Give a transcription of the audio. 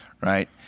right